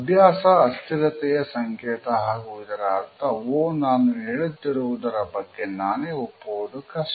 ಅಭ್ಯಾಸ ಅಸ್ಥಿರತೆಯ ಸಂಕೇತ ಹಾಗೂ ಇದರ ಅರ್ಥ " ಓ ನಾನು ಹೇಳುತ್ತಿರುವುದರ ಬಗ್ಗೆ ನಾನೇ ಒಪ್ಪುವುದು ಕಷ್ಟ